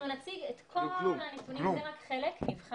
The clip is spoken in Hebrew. אנחנו נציג את כל הנתונים, זה רק חלק נבחר.